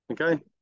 Okay